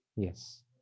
Yes